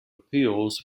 appeals